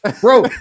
Bro